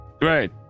Great